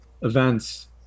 events